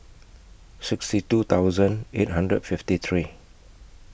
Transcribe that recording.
sixty two thousand eight hundred and fifty three